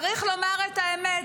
צריך לומר את האמת: